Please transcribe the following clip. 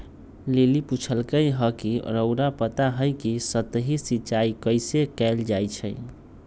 lily पुछलई ह कि रउरा पता हई कि सतही सिंचाई कइसे कैल जाई छई